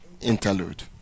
interlude